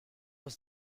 was